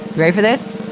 ready for this?